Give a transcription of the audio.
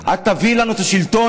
את תביאי לנו את השלטון.